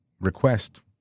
request